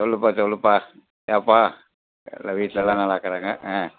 சொல்லுப்பா சொல்லுப்பா ஏம்பா எல்லாம் வீட்டில் எல்லாம் நல்லாயிருக்குறாங்க ஆ